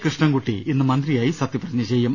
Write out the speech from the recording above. കൃഷ്ണൻകുട്ടി ഇന്ന് മന്ത്രിയായി സത്യപ്രതിജ്ഞ ചെയ്യും